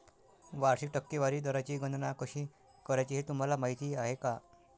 वार्षिक टक्केवारी दराची गणना कशी करायची हे तुम्हाला माहिती आहे का?